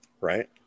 right